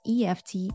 EFT